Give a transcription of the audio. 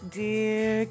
dear